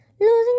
losing